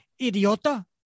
idiota